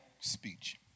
Speech